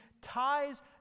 ties